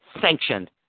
sanctioned